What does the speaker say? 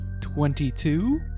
Twenty-two